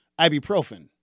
ibuprofen